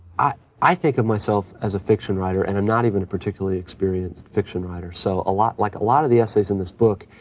i i think of myself as a fiction writer and i'm not even a particularly experienced fiction writer, so a lot, like, a lot of the essays in this book,